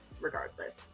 regardless